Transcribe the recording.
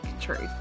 truth